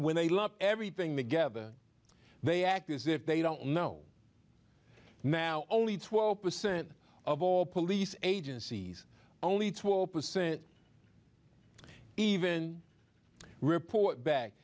when they lump everything together they act as if they don't know now only twelve percent of all police agencies only twelve percent even report back